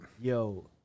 yo